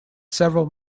several